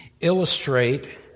illustrate